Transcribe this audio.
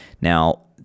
Now